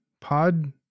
pod